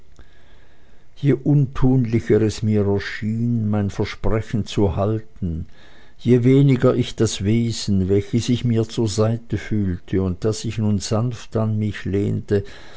je untunlicher es mir schien mein versprechen zu halten je weniger ich das wesen welches ich mir zur seite fühlte und das sich nun sanft an mich lehnte